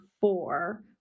four